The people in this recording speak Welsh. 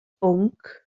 bwnc